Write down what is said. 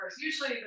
Usually